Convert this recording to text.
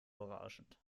berauschend